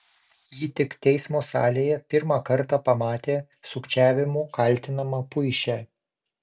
ji tik teismo salėje pirmą kartą pamatė sukčiavimu kaltinamą puišę